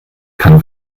kann